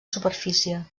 superfície